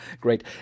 great